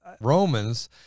romans